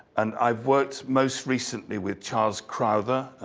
and i've worked most recently with charles crowther,